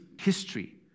history